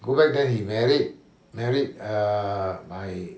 go back then he married married ah my